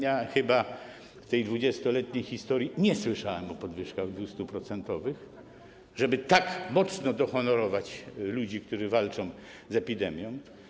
Ja chyba w tej 20-letniej historii nie słyszałem o podwyżkach 200-procentowych, o tym, żeby tak mocno dohonorować ludzi, którzy walczą z epidemią.